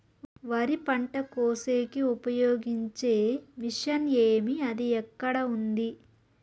వరి పంట కోసేకి ఉపయోగించే మిషన్ ఏమి అది ఎక్కడ ఉంది?